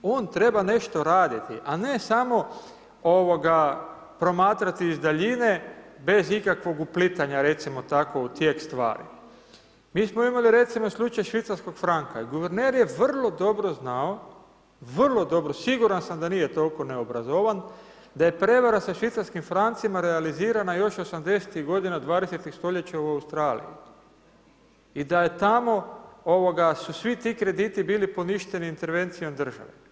One treba nešto raditi, a ne samo promatrati iz daljine bez ikakvog uplitanja, recimo tako, u tijek stvar. mi smo imali slučaj švicarskog franka i guverner je vrlo dobro znao, vrlo dobro, siguran sam da nije toliko neobrazovan, da je prevara sa švicarskim francima realizirana još 80-tih godina 20. stoljeća u Australiji i da je tamo ovoga, su svi ti krediti bili poništeni intervencijom države.